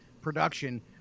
production